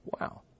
Wow